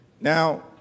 Now